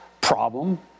problem